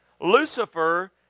Lucifer